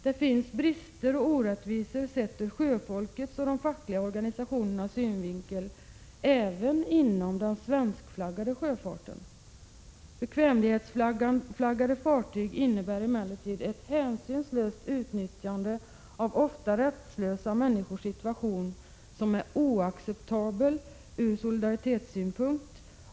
Det finns brister och orättvisor sett ur sjöfolkets och de fackliga organisationernas synvinkel även inom den svenskflaggade sjöfarten. Bekvämlighetsflaggade fartyg innebär emellertid ett hänsynslöst utnyttjande av ofta rättslösa människors situation som är oacceptabel ur solidaritetssynpunkt.